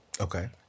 Okay